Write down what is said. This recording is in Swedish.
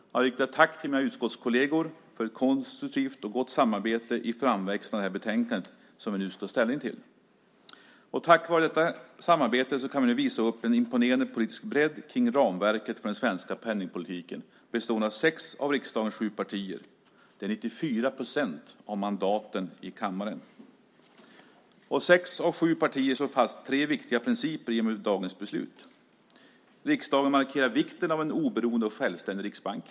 Jag vill rikta ett tack till mina utskottskolleger för ett konstruktivt och gott samarbete i framväxten av det betänkande som vi nu ska ta ställning till. Tack vare detta samarbete kan vi nu visa upp en imponerande politisk bredd kring ramverket för den svenska penningpolitiken bestående av sex av riksdagens sju partier. Det är 94 procent av mandaten i kammaren. Sex av sju partier slår fast tre viktiga principer i dagens beslut: 1. Riksdagen markerar vikten av en oberoende och självständig riksbank.